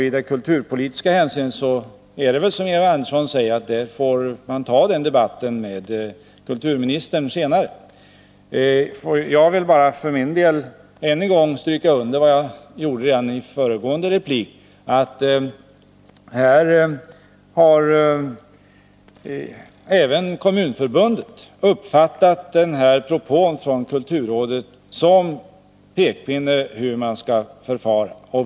I det kulturpolitiska hänseendet är det väl så, som Georg Andersson säger, att han får ta den debatten med kulturministern senare. Jag vill bara för min del ännu en gång stryka under, som jag gjorde i mitt föregående inlägg, att även Kommunförbundet har uppfattat den här propån från kulturrådet som en pekpinne när det gäller hur man skall förfara.